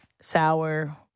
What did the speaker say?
sour